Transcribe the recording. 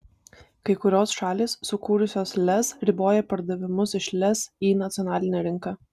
kai kurios šalys sukūrusios lez riboja pardavimus iš lez į nacionalinę rinką